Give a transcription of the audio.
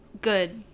good